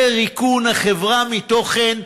זה ריקון החברה מתוכן,